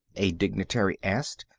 a dignitary asked,